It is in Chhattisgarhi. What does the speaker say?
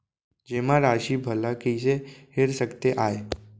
जेमा राशि भला कइसे हेर सकते आय?